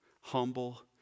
humble